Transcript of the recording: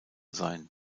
sein